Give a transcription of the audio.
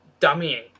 dummying